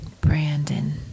Brandon